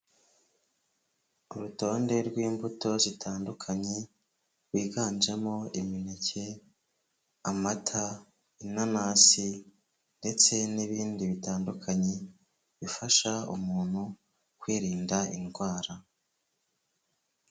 Urutonde rw'imbuto zitandukanye rwiganjemo imineke amata inanasi ndetse n'ibindi bitandukanye bifasha umuntu kwirinda indwara.